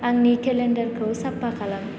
आंनि केलेन्डारखौ साफा खालाम